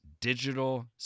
digital